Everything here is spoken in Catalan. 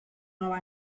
nova